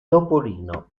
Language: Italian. topolino